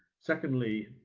secondly,